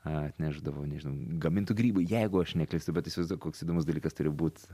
atnešdavo nežinau gamintų grybų jeigu aš neklystu bet įsivaizduok koks įdomus dalykas turi būt